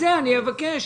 אבקש